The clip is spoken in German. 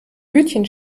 hütchen